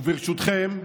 וברשותכם,